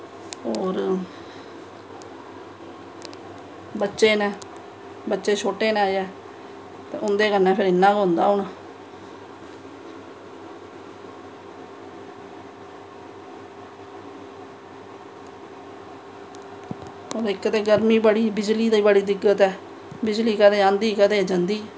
होर बच्चे न बच्चे छोटे न अजें ते उंदे कन्नै फिर इ'न्ना गै होंदा हून इक ते गरमी बड़ी बिजली दि दिक्कत बड़ी ऐ बिजली कदें आंदी कदें जंदी